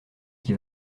qui